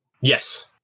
Yes